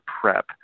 prep